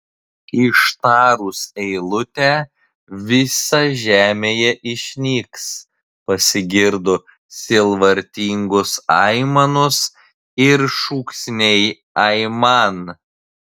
ištarus eilutę visa žemėje išnyks pasigirdo sielvartingos aimanos ir šūksniai aiman